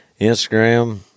Instagram